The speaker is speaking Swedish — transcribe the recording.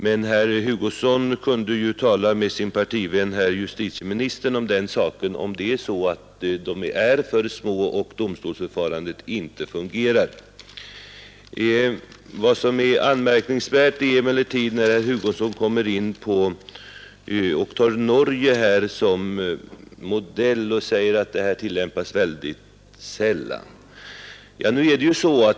Men herr Hugosson kunde ju tala med sin partivän herr justitieministern, om det är så att böterna är för små och att domstolsväsendet inte fungerar. Anmärkningsvärt är emellertid att herr Hugosson tar Norge som modell och säger att dispensregeln tillämpas väldigt sällan.